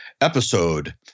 episode